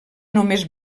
només